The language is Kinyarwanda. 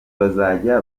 bazajya